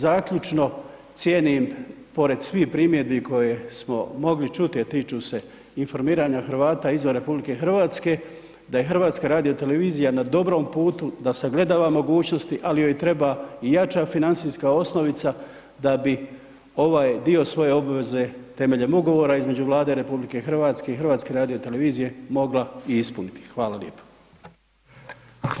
Zaključno, cijenim pored svih primjedbi koje smo mogli čuti, a tiču se informiranja Hrvata izvan RH, da je HRT na dobrom putu, da sagledava mogućnosti, ali joj treba i jača financijska osnovica da bi ovaj dio svoje obveze temeljem ugovora između Vlade RH i HRT-a mogla i ispuniti.